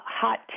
hot